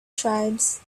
tribes